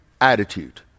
attitude